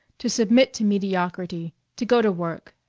to submit to mediocrity, to go to work.